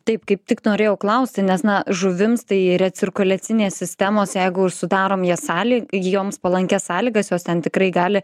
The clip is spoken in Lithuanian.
taip kaip tik norėjau klausti nes na žuvims tai recirkuliacinės sistemos jeigu ir sudarom jas salėj joms palankias sąlygas jos ten tikrai gali